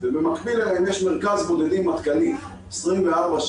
ובמקביל להם יש מרכז בודדים מטכ"לי 24/7,